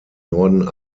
norden